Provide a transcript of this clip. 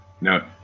No